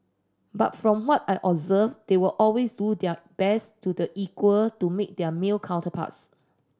but from what I observed they will always do their best to the equal to make their male counterparts